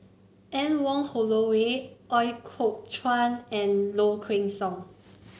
Anne Wong Holloway Ooi Kok Chuen and Low Kway Song